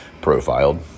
profiled